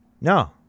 No